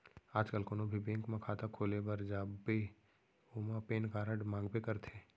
आज काल कोनों भी बेंक म खाता खोले बर जाबे ओमा पेन कारड मांगबे करथे